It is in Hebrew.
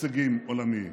הישגים עולמיים.